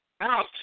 Out